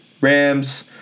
Rams